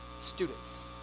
students